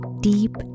deep